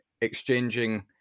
exchanging